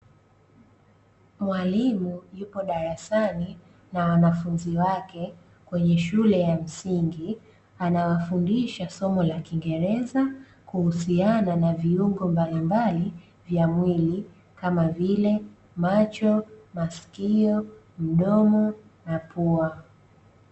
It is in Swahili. Mwalimu yupo darasani na wanafunzi wake kwenye shule ya msingi, anawafundisha somo la kingereza kuhusiana na viungo mbalimbali vya mwili kama vile: macho, maskio, mdomo na pua.